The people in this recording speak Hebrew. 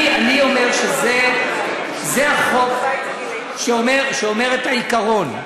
אני אומר שהחוק אומר מה העיקרון.